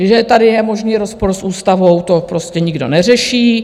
Že tady je možný rozpor s ústavou, to prostě nikdo neřeší.